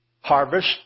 harvest